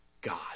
God